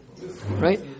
right